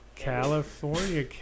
California